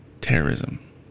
terrorism